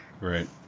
Right